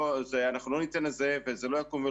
אנחנו לא ניתן את זה וזה לא יקום.